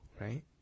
right